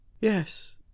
Yes